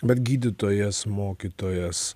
bet gydytojas mokytojas